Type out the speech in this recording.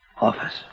Office